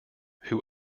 who